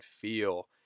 feel